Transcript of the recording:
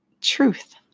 truth